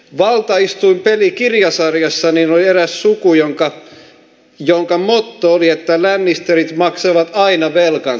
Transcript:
valtaistuinpeli kirjasarjassa oli eräs suku jonka motto oli että lannisterit maksavat aina velkansa